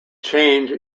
change